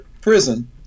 prison